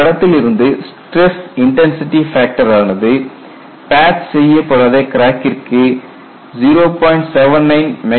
இப்படத்திலிருந்து stress intensity factor ஆனது patch செய்யப்படாத கிராக்கிற்கு 0